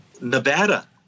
Nevada